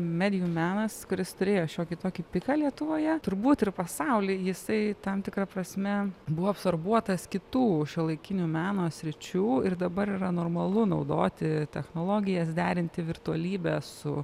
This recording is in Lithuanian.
medijų menas kuris turėjo šiokį tokį piką lietuvoje turbūt ir pasauly jisai tam tikra prasme buvo absorbuotas kitų šiuolaikinių meno sričių ir dabar yra normalu naudoti technologijas derinti virtualybę su